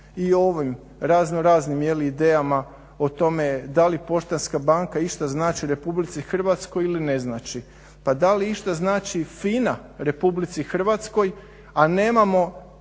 o ovim razno raznim je li idejama o tome da li Poštanska banka išta znači Republici Hrvatskoj ili ne znači. Pa da li išta znači FINA Republici Hrvatskoj, a nemamo